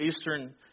Eastern